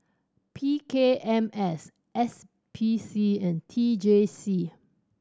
P K M S S P C and T J C